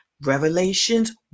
Revelations